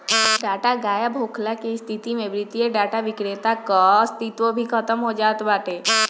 data गायब होखला के स्थिति में वित्तीय डाटा विक्रेता कअ अस्तित्व भी खतम हो जात बाटे